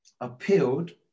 appealed